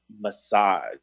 Massage